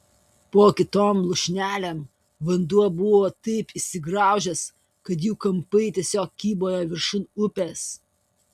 po kitom lūšnelėm vanduo buvo taip įsigraužęs kad jų kampai tiesiog kybojo viršum upės